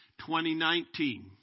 2019